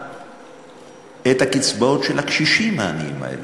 את הקצבאות של הקשישים העניים האלה.